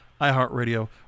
iHeartRadio